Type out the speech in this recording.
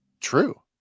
True